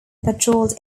patrolled